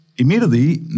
Immediately